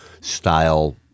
style